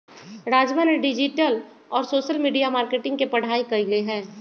राजवा ने डिजिटल और सोशल मीडिया मार्केटिंग के पढ़ाई कईले है